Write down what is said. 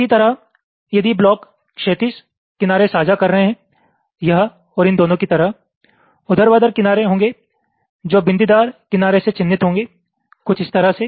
इसी तरह यदि ब्लॉक क्षैतिज किनारे साझा कर रहे हैं यह और इन दोनो की तरह ऊर्ध्वाधर किनारे होंगे जो बिंदीदार किनारे से चिह्नित होंगे कुछ इस तरह से